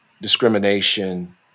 discrimination